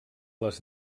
les